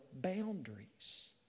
boundaries